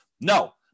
no